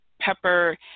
pepper